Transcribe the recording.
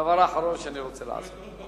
זה הדבר האחרון שאני רוצה לעשות.